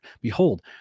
Behold